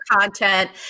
content